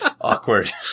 awkward